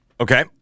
Okay